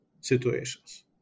situations